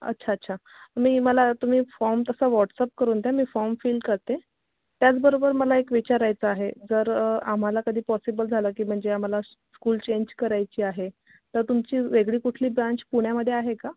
अच्छा अच्छा मी मला तुम्ही फॉर्म तसा व्हाट्सअप करून द्या मी फॉर्म फील करते त्याचबरोबर मला एक विचारायचं आहे जर आम्हाला कधी पॉसिबल झालं की म्हणजे आम्हाला स्कुल चेंज करायची आहे तर तुमची वेगळी कुठली ब्रांच पुण्यामध्ये आहे का